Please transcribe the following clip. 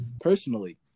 Personally